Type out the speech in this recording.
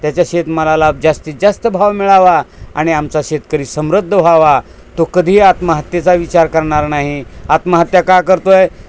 त्याच्या शेतमालाला जास्तीत जास्त भाव मिळावा आणि आमचा शेतकरी समृद्ध व्हावा तो कधीही आत्महत्याचा विचार करणार नाही आत्महत्या का करतो आहे